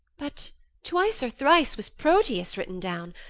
but twice or thrice was proteus written down.